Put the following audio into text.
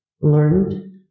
learned